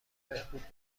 بهبود